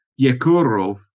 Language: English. Yekurov